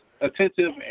attentive